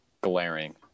glaring